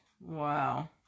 wow